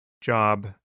job